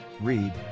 Read